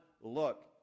look